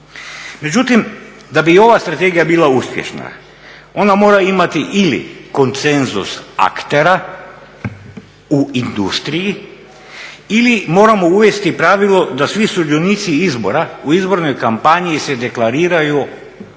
Međutim, da bi ova strategija bila uspješna ona mora imati ili konsenzus aktera u industriji ili moramo uvesti pravilo da svi sudionici izbora u izbornoj kampanji se deklariraju i